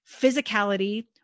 physicality